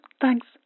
Thanks